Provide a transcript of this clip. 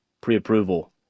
pre-approval